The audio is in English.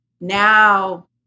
now